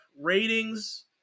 ratings